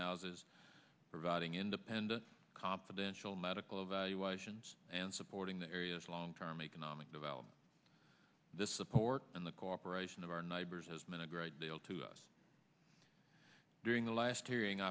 houses providing independent confidential medical evaluations and supporting the area's long term economic development this support and the cooperation of our neighbors as mina great deal to us during the last hearing